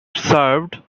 served